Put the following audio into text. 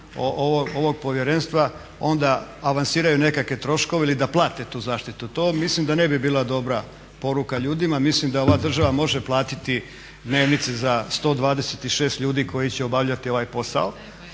ovog povjerenstva onda avansiraju nekakve troškove ili da plate tu zaštitu. To mislim da ne bi bila dobra poruka ljudima. Mislim da ova država može platiti dnevnice za 126 ljudi koji će obavljati ovaj posao.